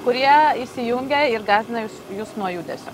kurie įsijungia ir gąsdina jus jus nuo judesio